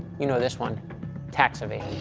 you know this one tax evasion.